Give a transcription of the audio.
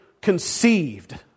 conceived